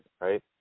right